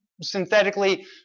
synthetically